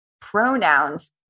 pronouns